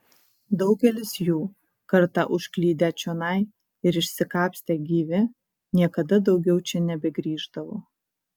daugelis jų kartą užklydę čionai ir išsikapstę gyvi niekada daugiau čia nebegrįždavo